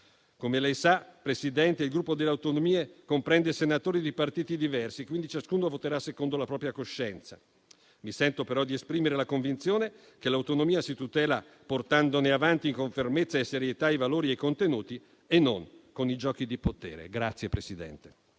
Come lei sa, Presidente, il Gruppo Per le Autonomie comprende senatori di partiti diversi, quindi ciascuno voterà secondo la propria coscienza. Mi sento però di esprimere la convinzione che l'autonomia si tutela portandone avanti con fermezza e serietà i valori e i contenuti e non con i giochi di potere.